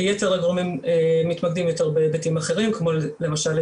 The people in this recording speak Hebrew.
יתר הגורמים מתמקדים יותר בהיבטים אחרים כמו למשל,